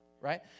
right